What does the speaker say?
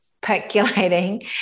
percolating